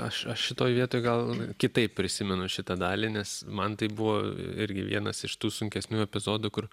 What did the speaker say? aš aš šitoj vietoj gal kitaip prisimenu šitą dalį nes man tai buvo irgi vienas iš tų sunkesnių epizodų kur